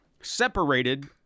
separated